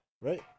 right